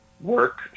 work